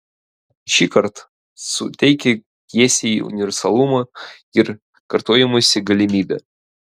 šįkart suteikia pjesei universalumo ir kartojimosi galimybę